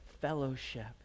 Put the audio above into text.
fellowship